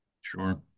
Sure